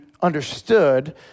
understood